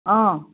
অঁ